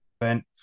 event